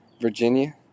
Virginia